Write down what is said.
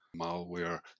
malware